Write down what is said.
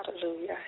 Hallelujah